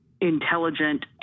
intelligent